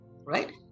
right